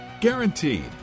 guaranteed